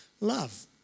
love